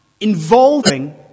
Involving